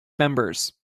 members